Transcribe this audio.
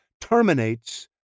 terminates